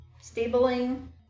stabling